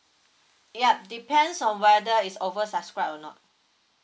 yup depends on whether is over subscribe or not